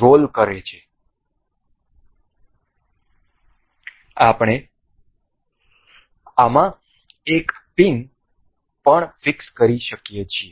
role કરે છે અમે આમાં એક પિન પણ ફિક્સ કરી શકીએ છીએ